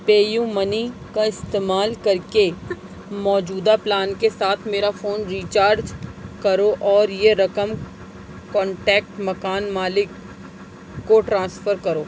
پے U Money کا استعمال کر کے موجودہ پلان کے ساتھ میرا فون ریچارج کرو اور یہ رقم کانٹیکٹ مکان مالک کو ٹرانسفر کرو